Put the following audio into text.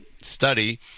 study